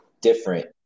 different